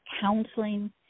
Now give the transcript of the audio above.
counseling